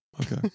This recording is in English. Okay